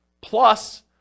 plus